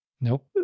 Nope